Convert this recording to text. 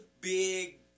big